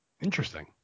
Interesting